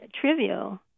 trivial